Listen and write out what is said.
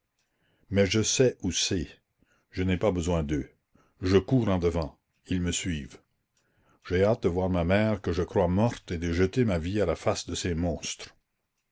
mais je sais où c'est je n'ai pas besoin d'eux je cours en devant ils me suivent j'ai hâte de voir ma mère que je crois morte et de jeter ma vie à la face de ces monstres